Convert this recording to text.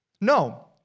No